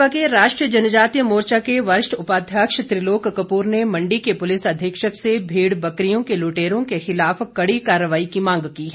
कपूर भाजपा के राष्ट्रीय जनजातीय मोर्चा के वरिष्ठ उपाध्यक्ष त्रिलोक कपूर ने मंडी के पुलिस अधीक्षक से भेड़ बकरियों के लूटेरों के खिलाफ कड़ी कार्रवाई की मांग की है